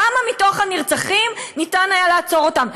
כמה מתוך הנרצחים, ניתן היה לעצור אותם?